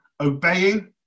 obeying